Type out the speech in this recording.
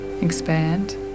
Expand